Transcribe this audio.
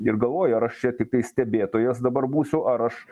ir galvoju ar aš čia tiktai stebėtojas dabar būsiu ar aš